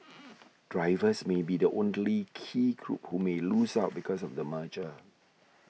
drivers may be the only key group who may lose out because of the merger